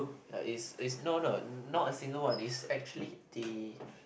ya it's it's no no not a single one it's actually the